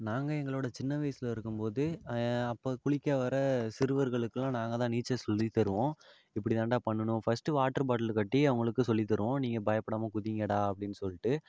நாங்கள் எங்களோட சின்ன வயசில் இருக்கும்போது அப்போ குளிக்க வர சிறுவர்களுக்குலாம் நாங்கள் தான் நீச்சல் சொல்லி தருவோம் இப்டி தான்டா பண்ணணும் ஃபர்ஸ்ட்டு வாட்ரு பாட்லு கட்டி அவங்களுக்கு சொல்லி தருவோம் நீங்கள் பயப்படாமல் குதிங்கடா அப்படின்னு சொல்லிட்டு